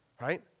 right